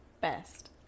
Best